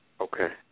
Okay